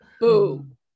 Boom